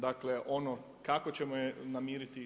Dakle kako ćemo je namiriti?